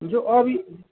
जो और भी